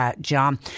John